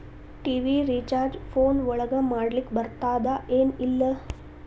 TV recharge phone ಒಳಗ ಮಾಡ್ಲಿಕ್ ಬರ್ತಾದ ಏನ್ ಇಲ್ಲ?